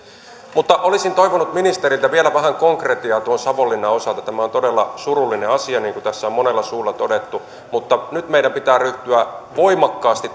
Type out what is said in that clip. mutta olisin toivonut ministeriltä vielä vähän konkretiaa tuon savonlinnan osalta tämä on todella surullinen asia niin kuin tässä on monella suulla todettu mutta nyt meidän pitää ryhtyä voimakkaasti